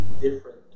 different